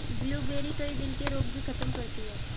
blueberry, कई दिल के रोग भी खत्म करती है